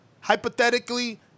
Hypothetically